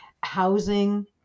housing